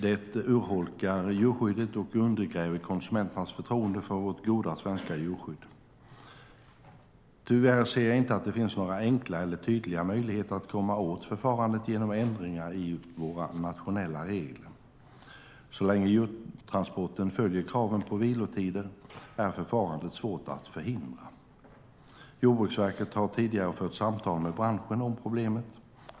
Det urholkar djurskyddet och undergräver konsumenternas förtroende för vårt goda, svenska djurskydd. Tyvärr ser jag inte att det finns några enkla eller tydliga möjligheter att komma åt förfarandet genom ändringar i våra nationella regler. Så länge djurtransportören följer kraven på vilotider är förfarandet svårt att förhindra. Jordbruksverket har tidigare fört samtal med branschen om problemet.